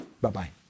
Bye-bye